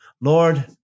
lord